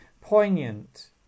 poignant